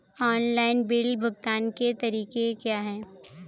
Online bill भुगतान के तरीके क्या हैं?